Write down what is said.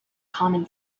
common